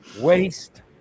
waste